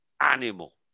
animal